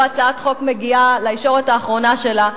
הצעת חוק מגיעה לישורת האחרונה שלה הוא,